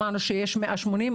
כרגע אנחנו יודעים שיש בין 180-200,